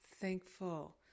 thankful